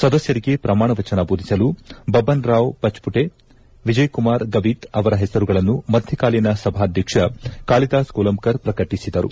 ಸದಸ್ಕರಿಗೆ ಪ್ರಮಾಣ ವಚನ ಬೋಧಿಸಲು ಬಬನ್ ರಾವ್ ಪಚ್ಪುಟೆ ವಿಜಯಕುಮಾರ್ ಗವೀತ್ ಅವರ ಹೆಸರುಗಳನ್ನು ಮಧ್ಯಕಾಲೀನ ಸಭಾಧ್ಯಕ್ಷ ಕಾಳಿದಾಸ್ ಕೋಲಂಬ್ಕರ್ ಪ್ರಕಟಿಸಿದರು